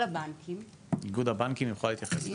הבנקים --- איגוד הבנקים יוכל להתייחס לזה?